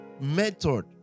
method